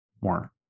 more